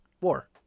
War